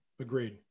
agreed